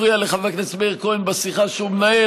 אני לא אפריע לחבר הכנסת מאיר כהן בשיחה שהוא מנהל.